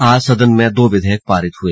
आज सदन में दो विधेयक पारित हुए